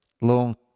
long